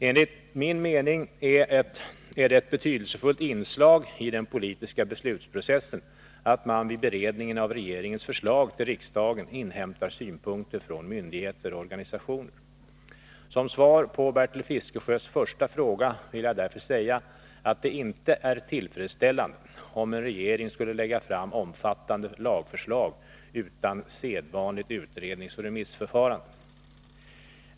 Enligt min mening är det ett betydelsefullt inslag i den politiska beslutsprocessen att man vid beredningen av regeringens förslag till riksdagen inhämtar synpunkter från myndigheter och organisationer. Som svar på Bertil Fiskesjös första fråga vill jag därför säga att det inte är tillfredsställande om en regering skulle lägga fram omfattande lagförslag utan sedvanligt utredningsoch remissförfarande.